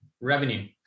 Revenue